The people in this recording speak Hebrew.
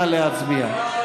נא להצביע.